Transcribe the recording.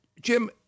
Jim